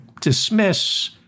dismiss